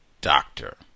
doctor